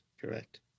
correct